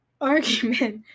argument